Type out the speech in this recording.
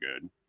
good